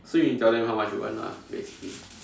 so you need to tell them how much you earn lah basically